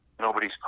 nobody's